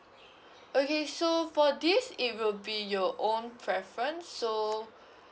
okay so for this it will be your own preference so